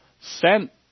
sent